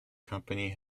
company